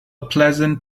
pleasant